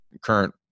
current